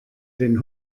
den